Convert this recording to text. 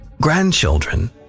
Grandchildren